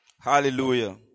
Hallelujah